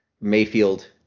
Mayfield